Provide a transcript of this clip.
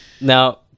Now